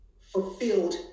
fulfilled